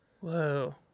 whoa